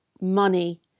money